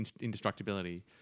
indestructibility